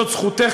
זאת זכותך,